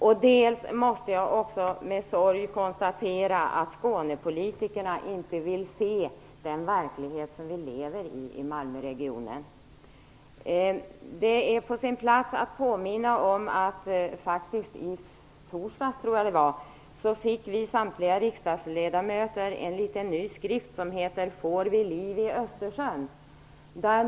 Jag måste vidare med sorg konstatera att Skånepolitikerna inte vill se den verklighet som vi i Malmöregionen lever i. Det är på sin plats att påminna om att samtliga riksdagens ledamöter i torsdags fick en liten skrift med titeln "Får vi liv i Östersjön?"